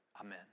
Amen